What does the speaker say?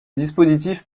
dispositif